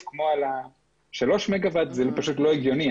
כמו על 3 מגה-ואט זה פשוט לא הגיוני,